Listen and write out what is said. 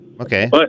Okay